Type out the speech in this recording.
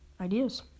ideas